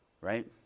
right